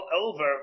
over